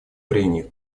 прениях